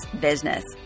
Business